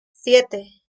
siete